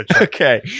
Okay